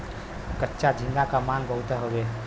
कच्चा झींगा क मांग बहुत हउवे